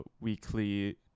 weekly